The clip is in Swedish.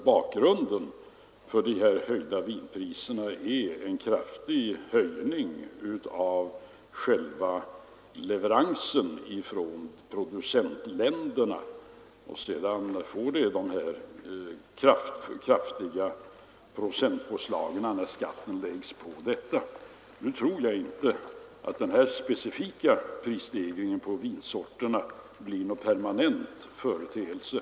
Bakgrunden till de höjda vinpriserna är ju en stark prisökning på själva leveransen från producentländerna, och sedan uppstår de här kraftiga procentpåslagen när skatten läggs på denna. Nu tror jag inte att den här specifika prisstegringen på vinsorterna blir någon permanent företeelse.